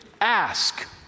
ask